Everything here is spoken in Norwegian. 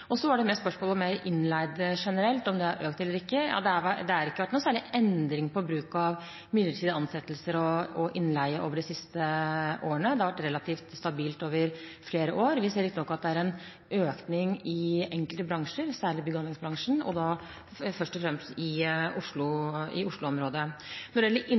Så var det spørsmål om innleie mer generelt, om det har økt eller ikke. Det har ikke vært noen særlig endring i bruk av midlertidige ansettelser og innleie de siste årene. Det har vært relativt stabilt over flere år. Vi ser riktignok at det er en økning i enkelte bransjer, særlig bygg- og anleggsbransjen, og da først og fremst i Oslo-området. Når det gjelder